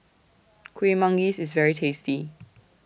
Kueh Manggis IS very tasty